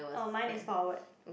oh mine is forward